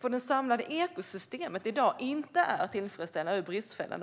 på det samlade ekosystemet i dag inte är tillfredsställande utan bristfällig.